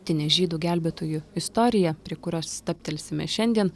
dabartinė žydų gelbėtojų istorija prie kurios stabtelsime šiandien